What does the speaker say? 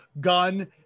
gun